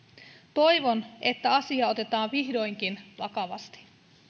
toivon että asia otetaan vihdoinkin vakavasti